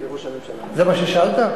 זה מה ששאלת?